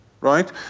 right